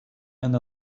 and